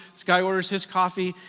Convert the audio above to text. this guy orders his coffee,